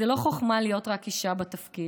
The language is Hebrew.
זה לא חוכמה להיות רק אישה בתפקיד,